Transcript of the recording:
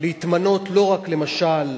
להתמנות לא רק, למשל,